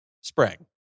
spring